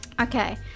Okay